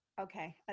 okay